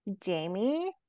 Jamie